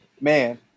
Man